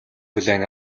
хүлээн